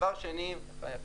אבל היה.